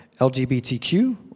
LGBTQ